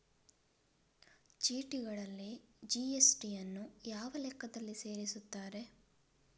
ಚೀಟಿಗಳಲ್ಲಿ ಜಿ.ಎಸ್.ಟಿ ಯನ್ನು ಯಾವ ಲೆಕ್ಕದಲ್ಲಿ ಸೇರಿಸುತ್ತಾರೆ?